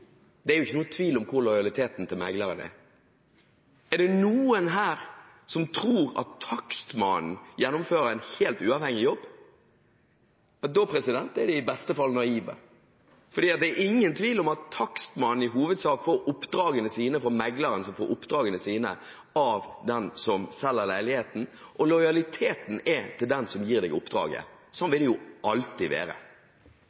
Det er jo ikke noen tvil om hvor lojaliteten til mekleren ligger. Er det noen her som tror at takstmannen gjennomfører en helt uavhengig jobb? Da er de i beste fall naive fordi det er ingen tvil om at takstmannen i hovedsak får oppdragene sine fra mekleren, som får oppdragene sine av den som selger leiligheten, og lojaliteten er til den som gir deg oppdraget, sånn